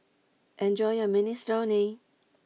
enjoy your Minestrone